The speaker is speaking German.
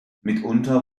mitunter